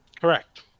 Correct